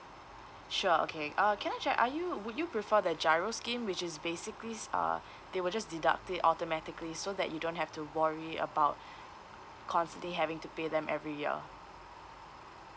sure okay uh can I check are you would you prefer the giro scheme which is basically s~ uh they will just deduct it automatically so that you don't have to worry about constantly having to pay them every year